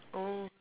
oh oh